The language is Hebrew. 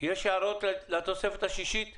יש הערות לתוספת השישית?